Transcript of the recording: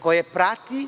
koje prati,